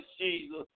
Jesus